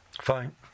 Fine